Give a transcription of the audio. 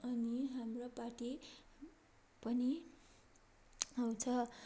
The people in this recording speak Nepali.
अनि हाम्रो पार्टी पनि आउँछ